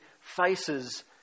faces